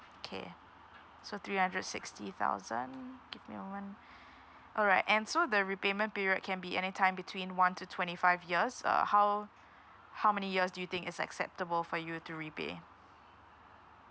K so three hundred sixty thousand give me a moment all right and so the repayment period can be anytime between one to twenty five years uh how how many years do you think is acceptable for you to repay